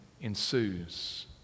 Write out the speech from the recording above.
ensues